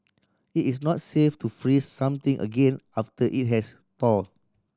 it is not safe to freeze something again after it has thaw